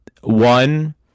one